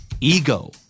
Ego